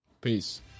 Peace